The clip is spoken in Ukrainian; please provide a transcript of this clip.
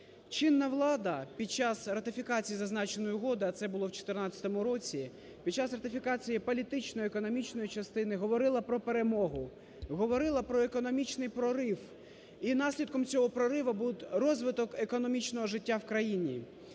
Чинна влада під час ратифікації зазначеної угоди, а це було у 2014 році, під час ратифікації політичної, економічної частини, говорила про перемогу, говорила про економічний прорив і наслідком цього прориву буде розвиток економічного життя в країні.